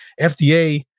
FDA